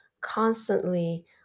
constantly